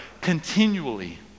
continually